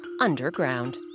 underground